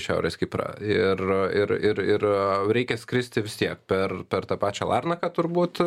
šiaurės kiprą ir ir ir reikia skristi vis tiek per per tą pačią larnaką turbūt